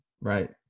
Right